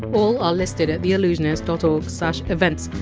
all are listed at theallusionist dot org slash events.